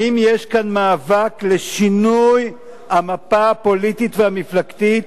האם יש כאן מאבק לשינוי המפה הפוליטית והמפלגתית,